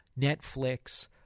Netflix